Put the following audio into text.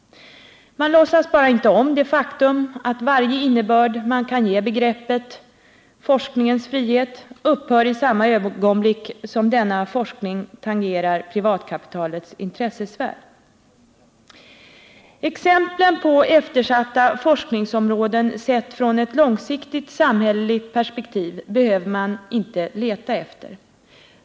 Man låtsas bara inte om det faktum att varje innebörd man kan ge begreppet ”forskningens frihet” upphör i samma ögonblick som denna forskning tangerar privatkapitalets intressesfär. Exemplen på eftersatta forskningsområden, sett från ett långsiktigt samhälleligt perspektiv, behöver man inte leta efter.